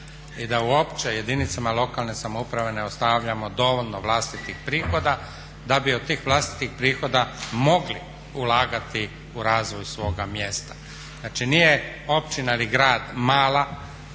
i da uopće jedinicama lokalne samouprave ne ostavljamo dovoljno vlastitih prihoda da bi od tih vlastitih prihoda mogli ulagati u razvoj svoga mjesta. Znači nije općina ili grad mala